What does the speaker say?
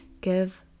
give